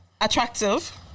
Attractive